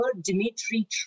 Dmitry